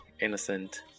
innocent